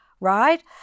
right